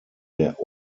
der